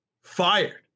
fired